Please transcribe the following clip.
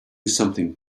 something